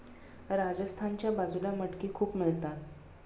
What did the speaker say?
राजस्थानच्या बाजूला मटकी खूप मिळतात